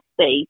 space